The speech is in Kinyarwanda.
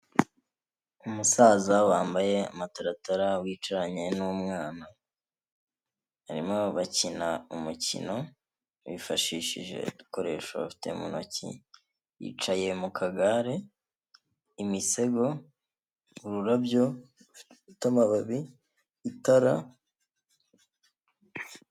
Umusaza wambaye amataratara wicaranye n'umwana, barimo bakina umukino bifashishije udukoresho bafite mu ntoki, yicaye mu kagare, imisego, ururabyo rufite amababi, itara.